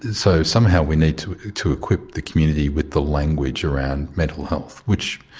and so somehow we need to to equip the community with the language around mental health which,